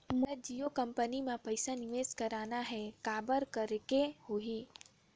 मोला जियो कंपनी मां पइसा निवेश करना हे, काबर करेके होही?